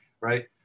right